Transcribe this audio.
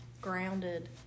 grounded